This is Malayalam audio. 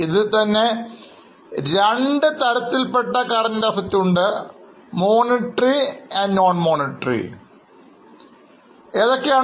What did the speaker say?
ഇതിൽ തന്നെ രണ്ട് തരങ്ങൾ ഉണ്ട് Monetary Non monetary